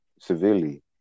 severely